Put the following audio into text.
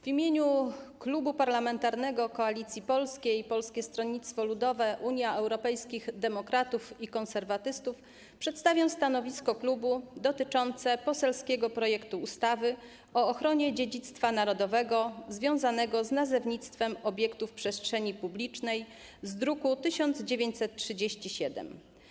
W imieniu Klubu Parlamentarnego Koalicja Polska - Polskie Stronnictwo Ludowe, Unia Europejskich Demokratów, Konserwatyści przedstawiam stanowisko klubu dotyczące poselskiego projektu ustawy o ochronie dziedzictwa narodowego związanego z nazewnictwem obiektów przestrzeni publicznej z druku nr 1937.